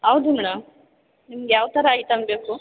ಹೌದು ಮೇಡಮ್ ನಿಮ್ಗೆ ಯಾವ ಥರ ಐಟಮ್ ಬೇಕು